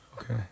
Okay